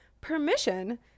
permission